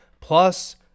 plus